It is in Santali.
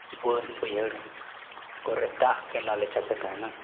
ᱵᱟᱹᱫ ᱵᱟᱹᱭᱦᱟᱹᱲ ᱠᱚᱨᱮ ᱫᱟᱜ ᱜᱮ ᱞᱟᱞᱮᱪᱟᱯᱮ ᱛᱟᱦᱮᱱᱟ